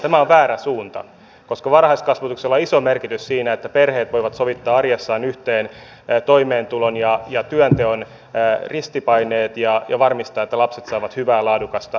tämä on väärä suunta koska varhaiskasvatuksella on iso merkitys siinä että perheet voivat sovittaa arjessaan yhteen toimeentulon ja työnteon ristipaineet ja varmistaa että lapset saavat hyvää laadukasta varhaiskasvatusta